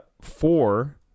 four